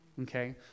Okay